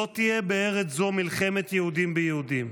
לא תהיה בארץ זו מלחמת יהודים ביהודים,